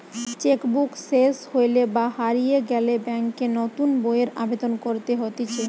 check book সেস হইলে বা হারিয়ে গেলে ব্যাংকে নতুন বইয়ের আবেদন করতে হতিছে